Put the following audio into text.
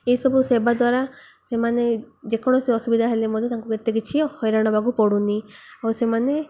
ଏସବୁ ସେବା ଦ୍ୱାରା ସେମାନେ ଯେକୌଣସି ଅସୁବିଧା ହେଲେ ମଧ୍ୟ ତାଙ୍କୁ ଏତେ କିଛି ହଇରାଣ ହବାକୁ ପଡ଼ୁନି ଆଉ ସେମାନେ